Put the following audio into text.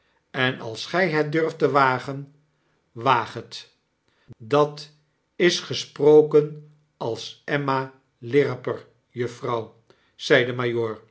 en als gij het durft te wagen waag het dat is gesproken als emma lirriper juffrouw zei de